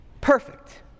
perfect